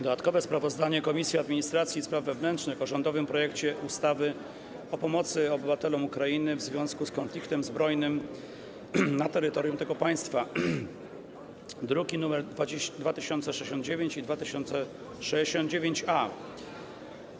Dodatkowe sprawozdanie Komisji Administracji i Spraw Wewnętrznych o rządowym projekcie ustawy o pomocy obywatelom Ukrainy w związku z konfliktem zbrojnym na terytorium tego państwa, druki nr 2069 i 2096-A.